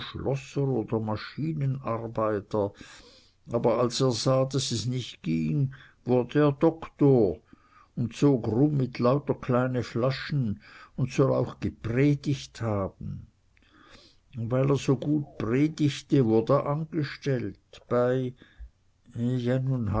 oder maschinenarbeiter aber als er sah daß es nich ging wurd er doktor und zog rum mit lauter kleine flaschen und soll auch gepredigt haben un weil er so gut predigte wurd er angestellt bei